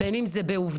בין אם זה ב"עובדה",